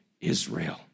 Israel